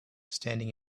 standing